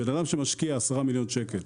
בן אדם שמשקיע 10 מיליון שקל